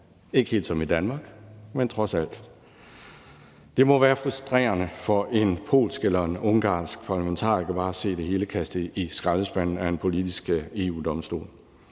ikke helt som i Danmark, men trods alt. Det må være frustrerende for en polsk eller ungarsk parlamentariker bare at se det hele blive kastet i skraldespanden af en politisk EU-Domstol,